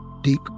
Deep